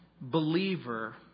believer